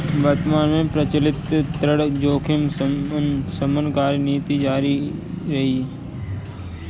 वर्तमान में प्रचलित ऋण जोखिम शमन कार्यनीति जारी रहेगी